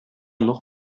нух